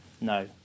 No